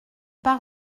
pas